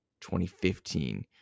2015